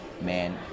Man